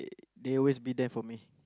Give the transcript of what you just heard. they always be there for me